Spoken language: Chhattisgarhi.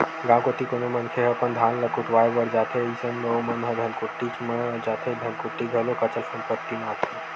गाँव कोती कोनो मनखे ह अपन धान ल कुटावय बर जाथे अइसन म ओमन ह धनकुट्टीच म जाथे धनकुट्टी घलोक अचल संपत्ति म आथे